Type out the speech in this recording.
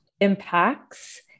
impacts